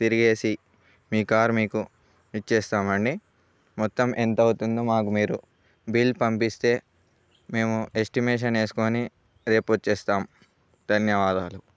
తిరగేసి మీ కార్ మీకు ఇచ్చేస్తామండి మొత్తం ఎంత అవుతుందో మాకు మీరు బిల్ పంపిస్తే మేము ఎస్టిమేషన్ వేసుకొని రేపు ఇచ్చేస్తాము ధన్యవాదాలు